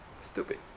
stupid